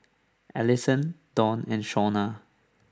Allisson Donn and Shawna